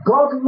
God